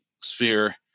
sphere